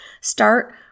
start